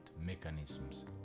mechanisms